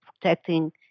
protecting